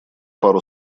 пару